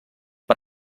per